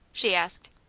she asked.